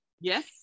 yes